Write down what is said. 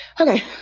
okay